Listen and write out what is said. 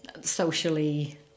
socially